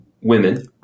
women